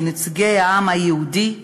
כנציגי העם היהודי,